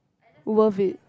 worth it